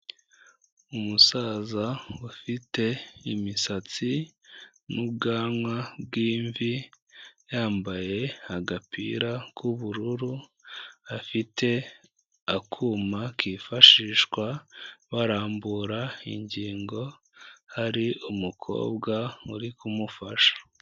Umusaza ufite imisatsi n'ubwanwa bw'imvi, yambaye agapira k'ubururu, afite akuma kifashishwa barambura ingingo, hari umukobwa uri kumufasha.